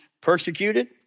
persecuted